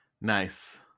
Nice